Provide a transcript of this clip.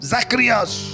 Zacharias